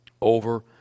over